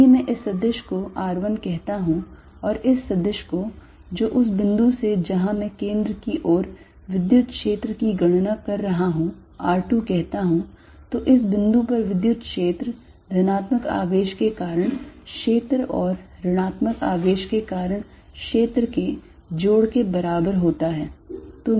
यदि मैं इस सदिश को r1 कहता हूं और इस सदिश को जो उस बिंदु से जहां मैं केंद्र की ओर विद्युत क्षेत्र की गणना कर रहा हूं r2 कहता हूं तो इस बिंदु पर विद्युत क्षेत्र धनात्मक आवेश के कारण क्षेत्र और ऋणात्मक आवेश के कारण क्षेत्र के जोड़ के बराबर होता है